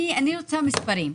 אני רוצה מספרים.